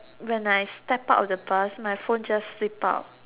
when I step out of the bus my phone just slip out